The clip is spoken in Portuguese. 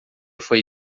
foi